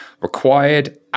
required